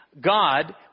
God